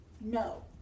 No